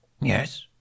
Yes